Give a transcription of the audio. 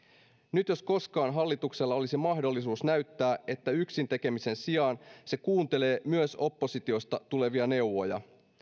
nyt jos koskaan hallituksella olisi mahdollisuus näyttää että yksin tekemisen sijaan se kuuntelee myös oppositiosta tulevia neuvoja